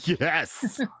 yes